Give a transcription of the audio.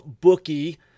bookie